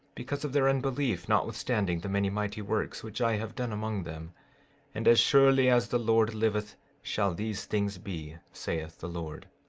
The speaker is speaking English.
because of their unbelief notwithstanding the many mighty works which i have done among them and as surely as the lord liveth shall these things be, saith the lord.